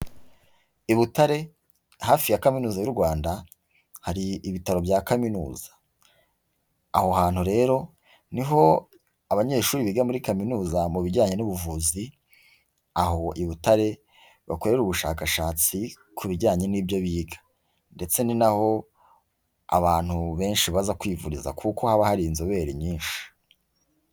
I Butare, hafi ya kaminuza y'u Rwanda, hari ibitaro bya kaminuza. Aho hantu rero ni ho abanyeshuri biga muri kaminuza mu bijyanye n'ubuvuzi, aho i Butare, bakorera ubushakashatsi ku bijyanye n'ibyo biga. Ndetse ni na ho abantu benshi baza kwivuriza kuko haba hari inzobere nyinshi.